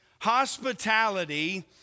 hospitality